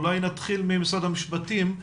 אולי נתחיל ממשרד המשפטים.